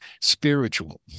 spiritual